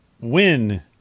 win